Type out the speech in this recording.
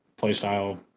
Playstyle